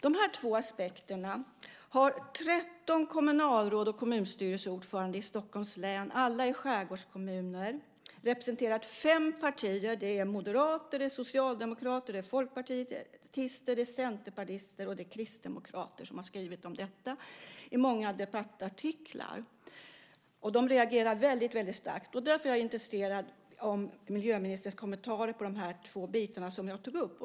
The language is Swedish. Dessa två aspekter har förts fram av 13 kommunalråd och kommunstyrelseordförande i Stockholms län, alla i skärgårdskommuner. De representerar fem partier. Det är moderater, socialdemokrater, folkpartister, centerpartister och kristdemokrater som har skrivit om detta i många debattartiklar. De reagerar väldigt starkt. Därför är jag intresserad av miljöministerns kommentarer om de två delar som jag tog upp.